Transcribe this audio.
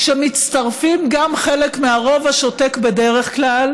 כשמצטרפים גם חלק מהרוב השותק בדרך כלל